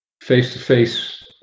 face-to-face